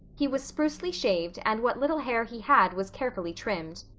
he was sprucely shaved and what little hair he had was carefully trimmed.